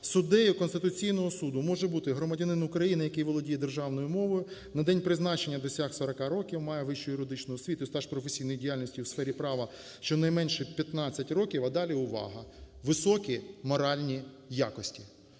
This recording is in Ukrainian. "Суддею Конституційного Суду може бути громадянин України, який володіє державною мовою, на день призначення досяг сорока років, має вищу юридичну освіту і стаж професійної діяльності у сфері права щонайменше п'ятнадцять років," а далі, увага: "високі моральні якості…"